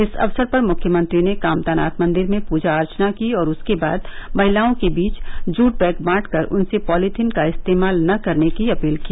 इस अक्सर पर मुख्यमंत्री ने कामतानाथ मंदिर में पूजा अर्चना की और उसके बाद महिलाओं के बीच जूट बैग बांट कर उनसे पॉलीथिन का इस्तेमाल न करने की अपील की